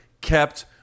kept